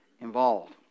involved